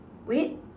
wait